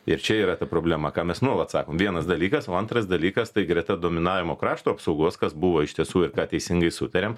ir čia yra ta problema ką mes nuolat sakom vienas dalykas antras dalykas tai greta dominavimo krašto apsaugos kas buvo iš tiesų ir ką teisingai sutarėm